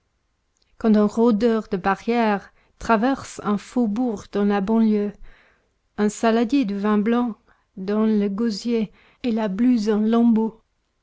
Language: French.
quand un rôdeur de barrières traverse un faubourg de la banlieue un saladier de vin blanc dans le gosier et la blouse en lambeaux